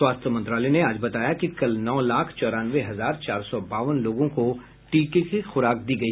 स्वास्थ्य मंत्रालय ने आज बताया कि कल नौ लाख चौरानवे हजार चार सौ बावन लोगों को टीके की खुराक दी गई